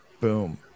Boom